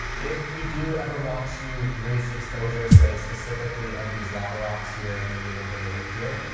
if you do ever want to raise the exposure, say specifically of these lava rocks here and maybe a little bit over here.